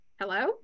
hello